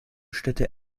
städte